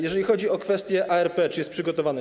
Jeżeli chodzi o kwestię ARP, czy jest przygotowana.